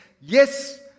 Yes